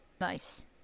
nice